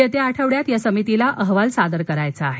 येत्या आठवड्यात या समितीला अहवाल सादर करायचा आहे